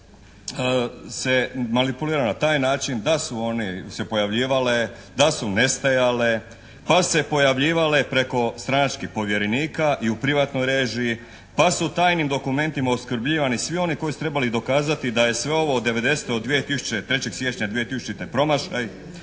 se manipulira na taj način da su one se pojavljivale, da su nestajale, pa se pojavljivale preko stranačkih povjerenika i u privatnoj režiji, pa su tajnim dokumentima opskrbljivani svi oni koji su trebali dokazati da je sve ovo od '90. – 03. siječnja 2000. promašaj.